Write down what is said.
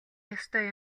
ёстой